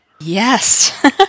Yes